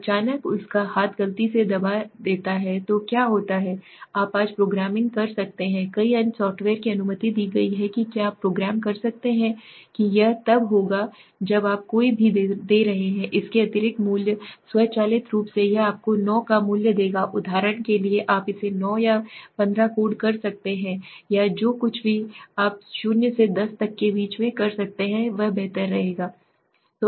अचानक उसका हाथ गलती से दबा देता है तो क्या होता है आप आज प्रोग्रामिंग कर सकते हैं कई अन्य सॉफ्टवेयर में अनुमति दी गई है क्या आप प्रोग्राम कर सकते हैं कि यह तब होगा जब आप कोई भी दे रहे हैं इसके अतिरिक्त मूल्य स्वचालित रूप से यह आपको 9 का मूल्य देगा उदाहरण के लिए आप इसे 9 या 15 कोड कर सकते हैं या जो कुछ भी आप 0 से 10 के बीच में कर सकते हैं वह बेहतर है